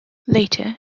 later